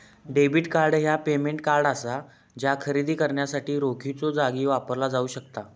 debit card ह्या payment card असा जा खरेदी करण्यासाठी रोखीच्यो जागी वापरला जाऊ शकता